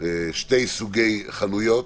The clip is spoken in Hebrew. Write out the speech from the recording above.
שני סוגי חנויות,